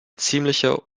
ziemliche